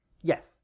yes